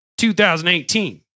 2018